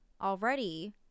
already